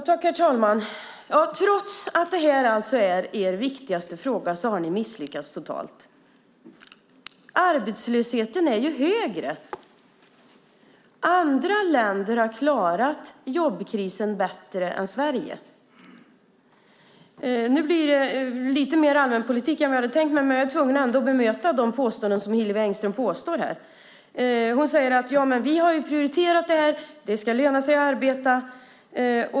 Herr talman! Trots att det här är er viktigaste fråga har ni misslyckas totalt. Arbetslösheten är ju högre. Andra länder har klarat jobbkrisen bättre än Sverige. Nu blir det lite mer allmänpolitik än vad jag hade tänkt mig, men jag är tvungen att bemöta de påståenden som Hillevi Engström gör här. Hon säger: Vi har prioriterat det här. Det ska löna sig att arbeta.